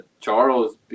Charles